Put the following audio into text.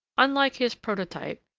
unlike his prototype,